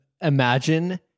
imagine